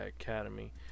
academy